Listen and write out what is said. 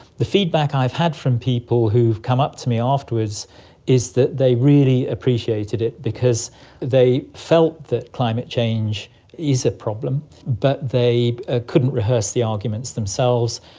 the feedback i've had from people who've come up to me afterwards is that they really appreciated it because they felt that climate change is a problem, but they ah couldn't rehearse the arguments themselves,